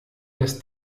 das